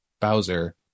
Bowser